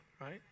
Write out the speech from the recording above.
right